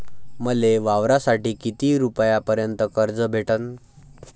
मले वावरासाठी किती रुपयापर्यंत कर्ज भेटन?